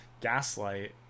gaslight